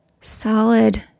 solid